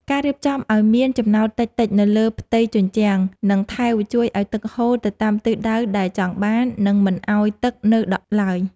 ការរៀបចំឱ្យមានចំណោទតិចៗនៅលើផ្ទៃជញ្ជាំង និង ថែវជួយឱ្យទឹកហូរទៅតាមទិសដៅដែលចង់បាន និង មិនឱ្យទឹកនៅដក់ឡើយ។